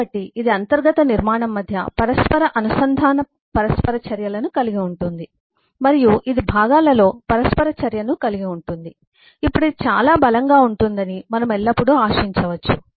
కాబట్టి ఇది అంతర్గత నిర్మాణం మధ్య పరస్పర అనుసంధాన పరస్పర చర్యలను కలిగి ఉంటుంది మరియు ఇది భాగాలలో పరస్పర చర్యను కలిగి ఉంటుంది అప్పుడు ఇది చాలా బలంగా ఉంటుందని మనము ఎల్లప్పుడూ ఆశించవచ్చు